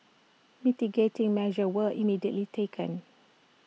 mitigating measures were immediately taken